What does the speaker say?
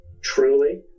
truly